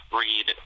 read